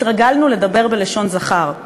התרגלנו לדבר בלשון זכר.